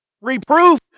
Reproof